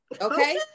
Okay